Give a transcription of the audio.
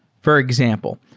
for example.